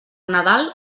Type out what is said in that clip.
nadal